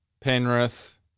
Penrith